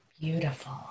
Beautiful